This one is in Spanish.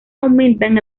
aumentan